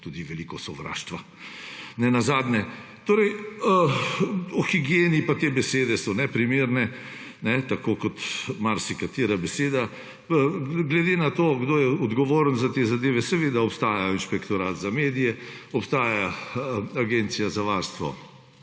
tudi veliko sovraštva nenazadnje. Te besede o higieni pa so neprimerne tako kot marsikatera beseda. Glede na to, kdo je odgovoren za te zadeve, seveda obstaja Inšpektorat za kulturo in medije, obstaja Agencija za varstvo